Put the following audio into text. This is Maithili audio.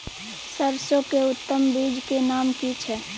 सरसो के उत्तम बीज के नाम की छै?